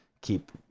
keep